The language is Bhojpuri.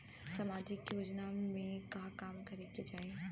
सामाजिक योजना में का काम करे के चाही?